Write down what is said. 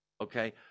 okay